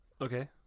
Okay